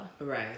right